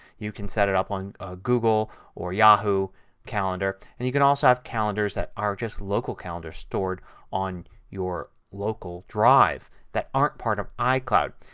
you can set it up on goggle or yahoo calendar. and you can also have calendars that are just local calendars stored on your local drive that aren't part of icloud.